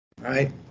right